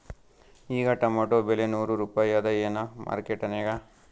ಈಗಾ ಟೊಮೇಟೊ ಬೆಲೆ ನೂರು ರೂಪಾಯಿ ಅದಾಯೇನ ಮಾರಕೆಟನ್ಯಾಗ?